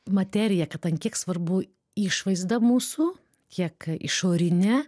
materija kad ant kiek svarbu išvaizda mūsų kiek išorinė